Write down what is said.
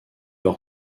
leur